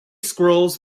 squirrels